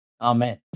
amen